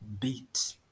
beat